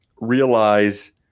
realize